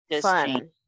fun